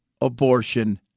abortion